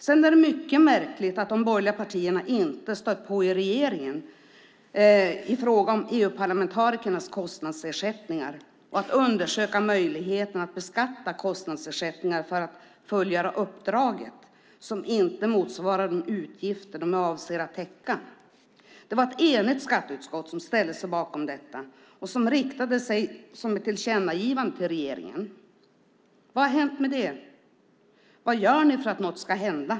Det är också mycket märkligt att de borgerliga partierna inte har stött på regeringen i frågan om EU-parlamentarikernas kostnadsersättningar eller i frågan om att undersöka möjligheten att beskatta kostnadsersättningar som följer uppdraget som inte motsvarar de utgifter de avser att täcka. Det var ett enigt skatteutskott som ställde sig bakom detta och som riktade ett tillkännagivande till regeringen. Vad har hänt med det? Vad gör ni för att något ska hända?